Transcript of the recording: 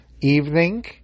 evening